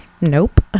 nope